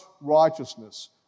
righteousness